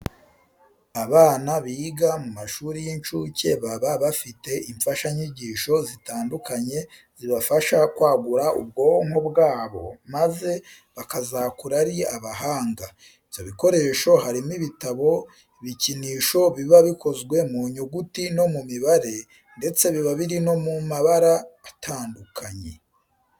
Abana biga mu mashuri y'incuke baba bafite imfashanyigisho zitandukanye zibafasha kwagura ubwonko bwabo maze bakazakura ari abahanga. Ibyo bikoresho harimo ibitabo, ibikinisho biba bikozwe mu nyuguti no mu mibare ndetse biba biri no mu mabara atandukanye.